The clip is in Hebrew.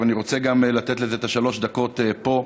אבל אני רוצה לתת לזה גם את שלוש הדקות פה,